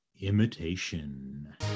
imitation